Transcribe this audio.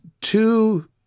two